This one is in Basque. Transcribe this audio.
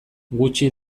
gutxi